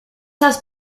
has